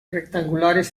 rectangulares